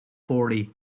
forty